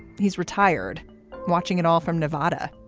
he's retired watching it all from nevada,